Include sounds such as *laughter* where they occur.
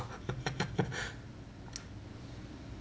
*laughs*